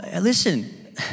listen